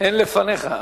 אין לפניך.